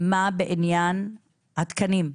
מה בעניין התקנים,